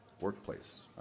workplace